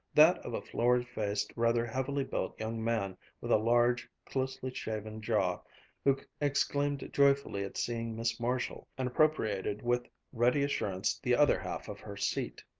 that of a florid-faced, rather heavily built young man with a large, closely shaven jaw, who exclaimed joyfully at seeing miss marshall, and appropriated with ready assurance the other half of her seat.